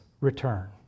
return